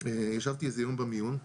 ישבתי איזה יום במיון,